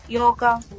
Yoga